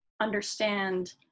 understand